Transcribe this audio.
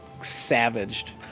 savaged